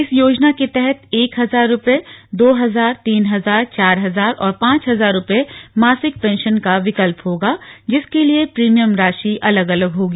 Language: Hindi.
इस योजना के तहत एक हजार रुपये दो हजार तीन हजार चार हजार और पाँच हजार रुपये मासिक पेंशन का विकल्प होगा जिसके लिए प्रीमियम राशि अलग अलग होगी